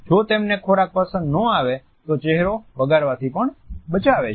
જો તેમને ખોરાક પસંદ ન આવે તો ચહેરો બગડવાથી પણ બચાવે છે